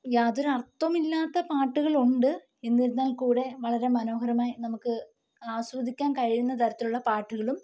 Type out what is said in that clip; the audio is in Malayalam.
യാതൊരു അർത്ഥമില്ലാത്ത പാട്ടുകളുണ്ട് എന്നിരുന്നാൽ കൂടെ വളരെ മനോഹരമായി നമുക്ക് ആസ്വദിക്കാൻ കഴിയുന്ന തരത്തിലുള്ള പാട്ടുകളും